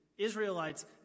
Israelites